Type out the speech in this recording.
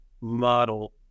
model